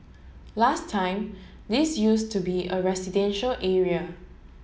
last time this used to be a residential area